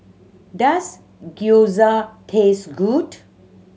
does Gyoza taste good